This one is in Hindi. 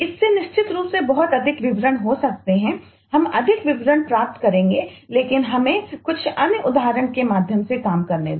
इससे निश्चित रूप से बहुत अधिक विवरण हो सकते हैं हम अधिक विवरण प्राप्त करेंगे लेकिन हमें कुछ अन्य उदाहरणों के माध्यम से काम करने दें